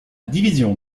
division